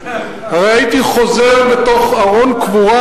הרי הייתי חוזר בתוך ארון קבורה,